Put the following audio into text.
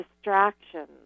distractions